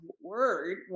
word